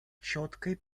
четкой